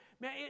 man